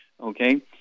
okay